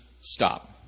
stop